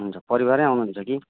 हुन्छ परिवारै आउनुहुन्छ कि